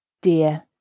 dear